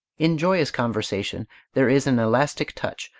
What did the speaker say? in joyous conversation there is an elastic touch,